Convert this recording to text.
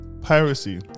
Piracy